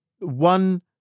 one